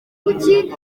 kuki